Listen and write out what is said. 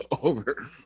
over